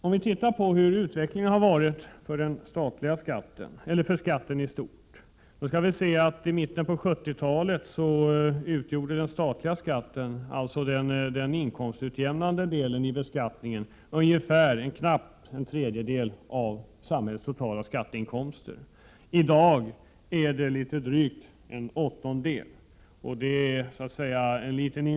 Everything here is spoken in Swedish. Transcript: Om vi tittar på hur utvecklingen har varit i stort när det gäller skatten så kan vi se att den statliga skatten, den inkomstutjämnande delen av beskattningen, utgjorde ungefär en tredjedel av samhällets totala skatteinkomster i mitten av 70-talet. I dag utgör det litet mer än drygt en åttondel.